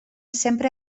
sempre